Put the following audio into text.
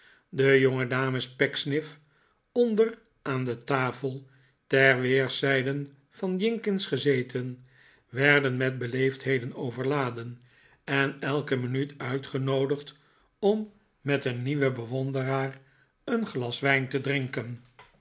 de jongedames pecksniff onder aan de tafel ter weerszijden van jinkins gezeten werden met beleefdheden overladen en elke minuut uitgenoodigd om met een nieuwen bewonderaar een glas wijn te drinken